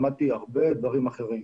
למדתי הרבה דברים אחרים.